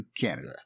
Canada